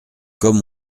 comme